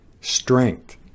strength